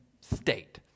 state